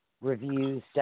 reviews